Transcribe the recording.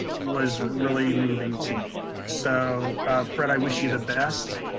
was really moving to me. so fred, i wish you the best.